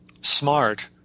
smart